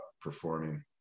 performing